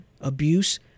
abuse